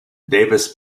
davis